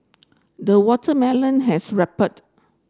the watermelon has ripened